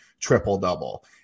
triple-double